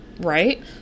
right